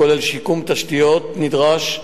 כולל שיקום תשתיות נדרש,